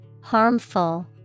Harmful